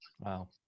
Wow